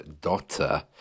daughter